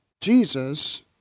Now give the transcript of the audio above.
Jesus